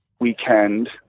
Weekend